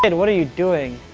and what are you doing?